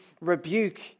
rebuke